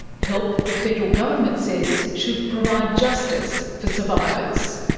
help the federal government says should provide justice for survivors.